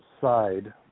side